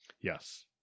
Yes